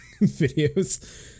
videos